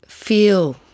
feel